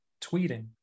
tweeting